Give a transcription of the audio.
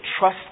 trust